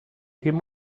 him